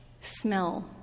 smell